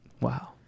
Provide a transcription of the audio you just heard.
Wow